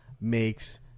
makes